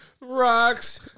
rocks